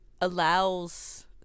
allows